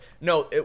No